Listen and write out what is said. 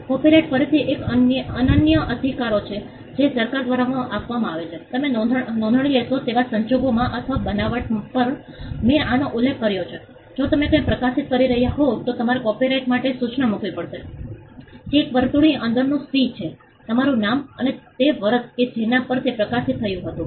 copyright ફરીથી એક અનન્ય અધિકારો છે જે સરકાર દ્વારા આપવામાં આવે છે તમે નોંધણી લેશો તેવા સંજોગોમાં અથવા બનાવટ પર મેં આનો ઉલ્લેખ કર્યો છે જો તમે કંઈક પ્રકાશિત કરી રહ્યાં હોવ તો તમારે કોપિરાઇટ માટે સૂચના મુકવી પડશે જે એક વર્તુળની અંદરનું સી છે તમારું નામ અને તે વર્ષ કે જેના પર તે પ્રકાશિત થયું હતું